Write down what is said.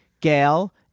Gail